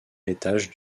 étage